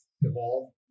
evolve